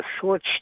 short